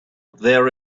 there